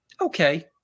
okay